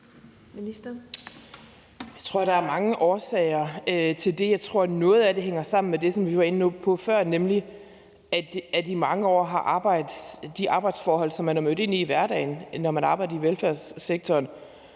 Jeg tror, der er mange årsager til det. Jeg tror, noget af det hænger sammen med det, som vi var inde på før, nemlig at de arbejdsforhold, som man er mødt ind til i hverdagen, når man arbejdede i velfærdssektoren,